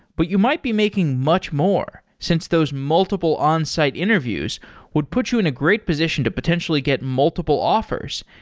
but you might be making much more since those multiple onsite interviews would put you in a great position to potentially get multiple offers,